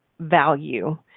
value